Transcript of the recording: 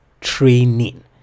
training